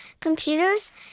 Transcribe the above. computers